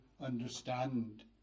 understand